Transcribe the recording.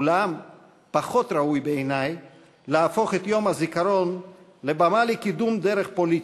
אולם פחות ראוי בעיני להפוך את יום הזיכרון לבמה לקידום דרך פוליטית,